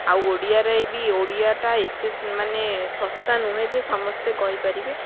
ଆଉ ଓଡ଼ିଆରେ ବି ଓଡ଼ିଆଟା ଏତେ ମାନେ ଶସ୍ତା ନୁହେଁ ଯେ ସମସ୍ତେ କହିପାରିବେ